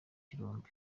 birombe